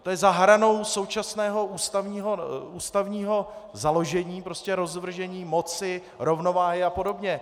To je za hranou současného ústavního založení, prostě rozvržení moci, rovnováhy apod.